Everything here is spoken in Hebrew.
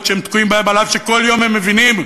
שהם תקועים בהם אף שכל יום הם מבינים,